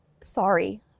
sorry